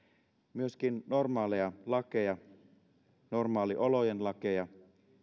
myöskin normaaliolojen lakeja normaaliolojen lakeja